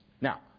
Now